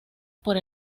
por